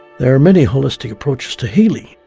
there are many holistic approaches to healing.